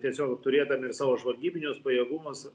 tiesiog turėdami savo žvalgybinius pajėgumus